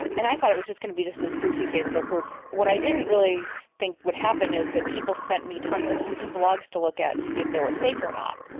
and i thought it was just going to be just this goofy facebook group. what i didn't really think would happen is that people sent me tonnes and tonnes of blogs to look at to see if they were fake or not.